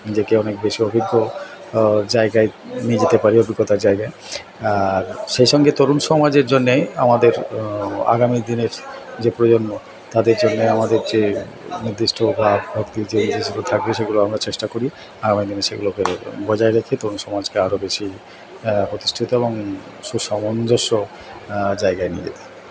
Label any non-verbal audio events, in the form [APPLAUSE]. নিজেকে অনেক বেশি অভিজ্ঞ জায়গায় নিজেকে পাই অভিজ্ঞতার জায়গায় আর সেই সঙ্গে তরুণ সমাজের জন্যে আমাদের আগামী দিনের যে প্রজন্ম তাদের জন্যে আমাদের যে নির্দিষ্ট অভাব অবধি যেই জিনিসগুলো থাকবে সেগুলো আমরা চেষ্টা করি [UNINTELLIGIBLE] সেগুলোকে বজায় রেখে তরুণ সমাজকে আরও বেশি প্রতিষ্ঠিত এবং সুসামঞ্জস্য জায়গায় নিয়ে যেতে